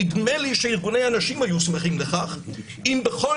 נדמה לי שארגוני הנשים היו שמחים לכך אם בכל